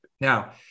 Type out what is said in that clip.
Now